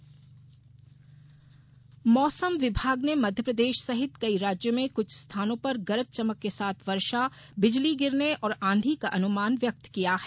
मौसम मौसम विभाग ने मध्यप्रदेश सहित कई राज्यों में कुछ स्थानों पर गरज चमक के साथ वर्षा बिजली गिरने और आंधी का अनुमान व्यक्त किया है